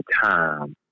time